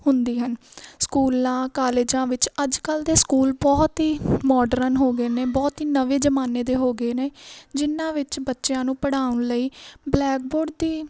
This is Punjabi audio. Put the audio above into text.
ਹੁੰਦੇ ਹਨ ਸਕੂਲਾਂ ਕਾਲਜਾਂ ਵਿੱਚ ਅੱਜ ਕੱਲ੍ਹ ਦੇ ਸਕੂਲ ਬਹੁਤ ਹੀ ਮਾਡਰਨ ਹੋ ਗਏ ਨੇ ਬਹੁਤ ਹੀ ਨਵੇਂ ਜ਼ਮਾਨੇ ਦੇ ਹੋ ਗਏ ਨੇ ਜਿਨ੍ਹਾਂ ਵਿੱਚ ਬੱਚਿਆਂ ਨੂੰ ਪੜ੍ਹਾਉਣ ਲਈ ਬਲੈਕਬੋਰਡ ਦੀ